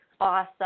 awesome